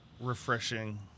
refreshing